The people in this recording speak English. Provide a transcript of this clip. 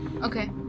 Okay